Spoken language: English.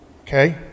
Okay